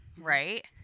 right